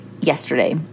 yesterday